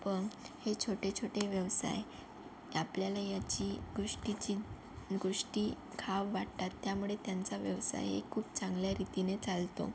पण हे छोटे छोटे व्यवसाय आपल्याला याची गोष्टीची गोष्टी खावं वाटतात त्यामुळे त्यांचा व्यवसाय हे खूप चांगल्या रीतीने चालतो